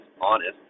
honest